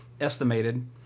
estimated